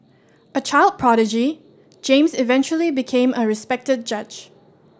a child prodigy James eventually became a respected judge